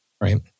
Right